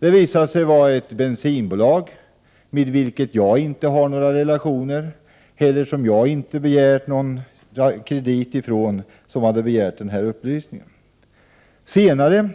Det visade sig vara ett bensinbolag, med vilket jag inte har några relationer eller inte har begärt någon kredit ifrån, som hade begärt den här upplysningen. Senare